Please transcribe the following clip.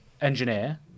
Engineer